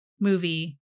movie